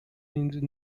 y’inzu